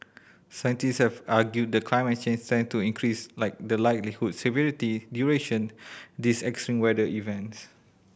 scientists have argued that climate change tend to increase like the likelihood severity duration these extreme weather events